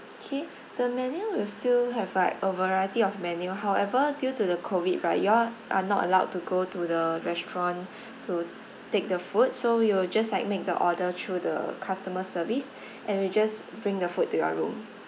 K the menu will still have like a variety of menu however due to the COVID right you all are not allowed to go to the restaurant to take the food so you'll just like make the order through the customer service and we just bring the food to your room